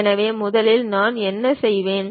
எனவே முதலில் நான் என்ன செய்வேன்